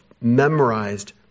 memorized